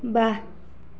ৱাহ